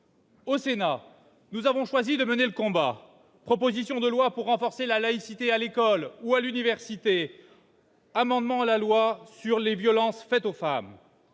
Au Sénat, nous avons choisi de mener le combat : propositions de loi pour renforcer la laïcité à l'école et à l'université, ou encore amendements au projet de loi sur les violences faites aux femmes.